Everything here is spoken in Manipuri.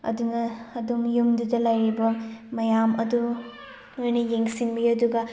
ꯑꯗꯨꯅ ꯑꯗꯨꯝ ꯌꯨꯝꯗꯨꯗ ꯂꯩꯔꯤꯕ ꯃꯌꯥꯝ ꯑꯗꯣ ꯂꯣꯏꯅ ꯌꯦꯡꯁꯤꯟꯕꯤꯌꯨ ꯑꯗꯨꯒ